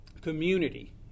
community